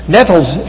Nettles